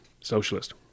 socialist